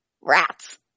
Rats